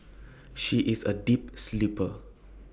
she is A deep sleeper